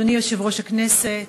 אדוני יושב-ראש הכנסת,